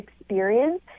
experience